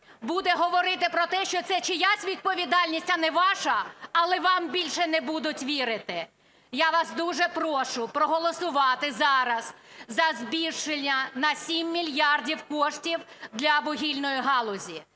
буде говорити про те, що це чиясь відповідальність, а не ваша, але вам більше не будуть вірити. Я вас дуже прошу проголосувати зараз за збільшення на 7 мільярдів коштів для вугільної галузі.